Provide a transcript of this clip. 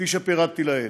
כפי שפירטתי לעיל.